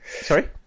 Sorry